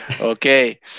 okay